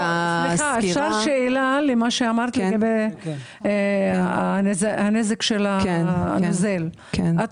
אם על המוצר כתוב רמות ניקוטין לא